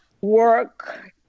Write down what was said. work